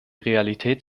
realität